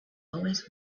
always